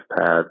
pad